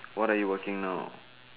what are you working now